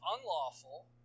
unlawful